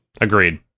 Agreed